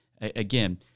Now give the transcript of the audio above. again